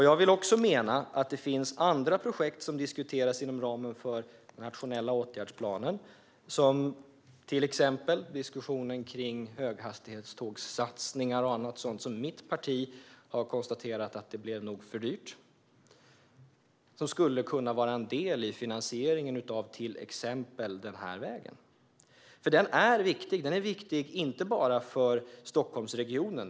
Jag vill också mena att det finns andra projekt av dem som diskuteras inom ramen för den nationella åtgärdsplanen - det gäller till exempel diskussionen kring höghastighetstågssatsningar och annat sådant som mitt parti har konstaterat nog blev för dyrt - som skulle kunna vara en del i finansieringen av till exempel den här vägen, för den är viktig. Vägen är viktig inte bara för Stockholmsregionen.